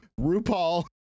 RuPaul